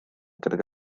gydag